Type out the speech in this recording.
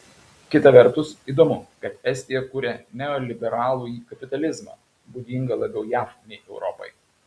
kita vertus įdomu kad estija kuria neoliberalųjį kapitalizmą būdingą labiau jav nei europai